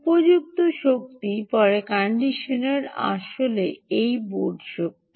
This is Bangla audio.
উপযুক্ত শক্তি পরে কন্ডিশনার আসলে এই বোর্ড শক্তি